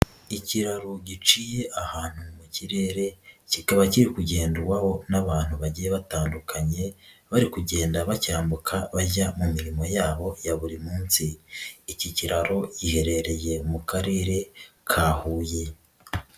Ikiraro giciye ahantu mu kirere, kikaba kiri kugenwaho n'abantu bagiye batandukanye, bari kugenda bacyambuka bajya mu mirimo yabo ya buri munsi, iki kiro giheherereye mu karere ka Huye.